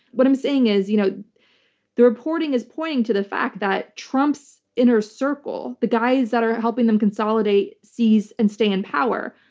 what i'm saying is you know the reporting is pointing to the fact that trump's inner circle, the guys that are helping him consolidate, seize, and stay in power,